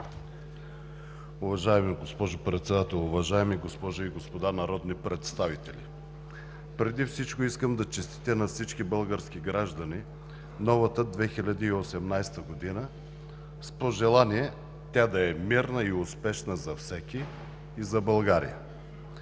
Уважаема госпожо Председател, уважаеми госпожи и господа народни представители! Преди всичко искам да честитя на всички български граждани новата 2018 година с пожелания тя да е мирна и успешна за всеки и за България!